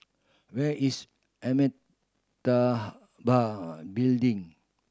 where is Amitabha Building